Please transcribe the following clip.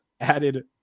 added